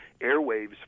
airwaves